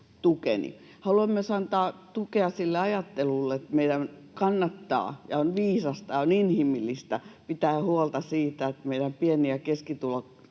Haluan myös antaa tukea sille ajattelulle, että meidän kannattaa ja on viisasta ja inhimillistä pitää huolta siitä, että meidän pieni- ja keskituloisilla